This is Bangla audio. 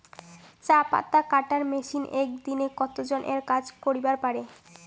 চা পাতা কাটার মেশিন এক দিনে কতজন এর কাজ করিবার পারে?